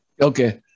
Okay